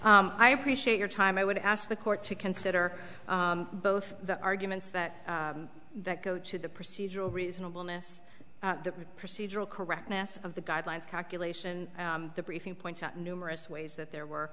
i appreciate your time i would ask the court to consider both the arguments that that go to the procedural reasonable miss the procedural correctness of the guidelines calculation the briefing points out numerous ways that there were